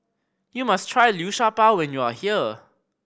you must try Liu Sha Bao when you are here